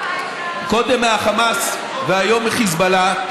קודם מהחמאס והיום מחיזבאללה,